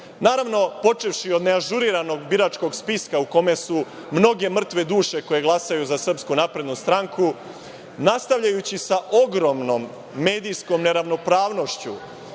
ciklus. Naravno, počevši od neažuriranog biračkog spiska u kome su mnoge mrtve duše koje glasaju za SNS, nastavljajući sa ogromnom medijskom neravnopravnošću